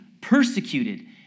persecuted